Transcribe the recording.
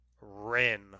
Rin